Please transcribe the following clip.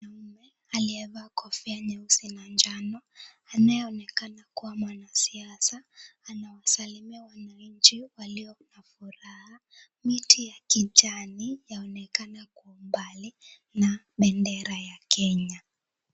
Mwanaume aliyevaa kofia nyeusi na njano, anayeonekana kuwa mwanasiasa, anawasalimia wananchi walio na furaha. Miti ya kijani yaonekana kwa umbali na bendera ya Kenya.